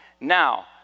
Now